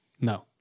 No